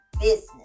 business